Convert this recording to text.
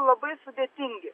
labai sudėtingi